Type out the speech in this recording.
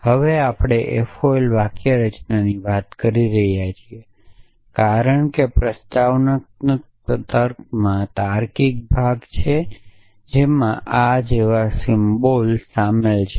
તેથી હવે આપણે FOL વાક્યરચનાની વાત કરી રહ્યા છીએ કારણ કે પ્રસ્તાવના તર્કમાં તાર્કિક ભાગ છે જેમાં આ જેવા સિમ્બોલ શામેલ છે